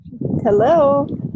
Hello